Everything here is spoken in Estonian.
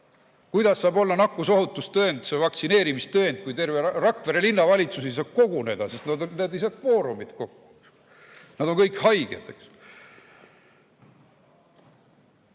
Kuidas saab olla nakkusohutustõend see vaktsineerimistõend, kui terve Rakvere Linnavalitsus ei saa koguneda, sest nad ei saa kvoorumit kokku? Nad on kõik haiged,